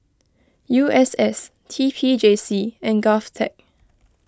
U S S T P J C and Govtech